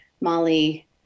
Molly